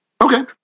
Okay